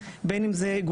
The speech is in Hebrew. בין אם זה חוזים מול ספקים,